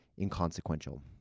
inconsequential